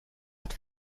att